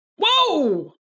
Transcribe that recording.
Whoa